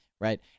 right